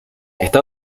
está